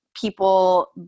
people